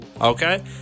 okay